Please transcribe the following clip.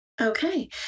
Okay